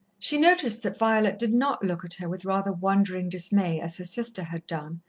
she noticed that violet did not look at her with rather wondering dismay, as her sister had done,